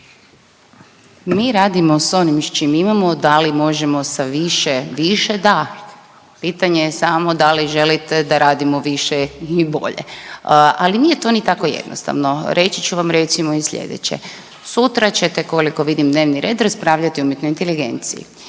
Mi radimo s onim s čim imamo, da li možemo sa više, više da. Pitanje je samo da li želite da radimo više i bolje. Ali nije to ni tako jednostavno. Reći ću vam recimo i slijedeće. Sutra ćete koliko vidim dnevni red raspravljati o umjetnoj inteligenciji.